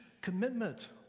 commitment